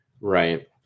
Right